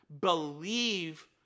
believe